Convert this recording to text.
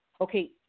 Okay